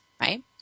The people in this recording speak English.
right